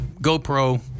GoPro